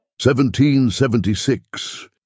1776